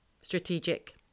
strategic